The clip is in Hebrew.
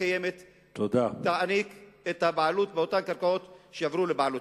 הקיימת תעניק את הבעלות באותן קרקעות שיעברו לבעלותה.